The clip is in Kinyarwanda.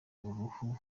uruhu